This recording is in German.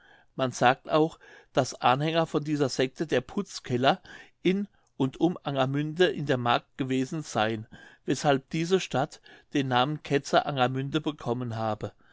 man sagt auch daß anhänger von dieser secte der putzkeller in und um angermünde in der mark gewesen seyen weshalb diese stadt den namen ketzer angermünde bekommen habe